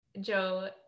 Joe